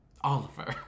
Oliver